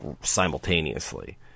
simultaneously